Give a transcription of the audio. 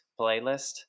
playlist